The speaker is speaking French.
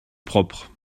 propre